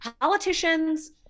politicians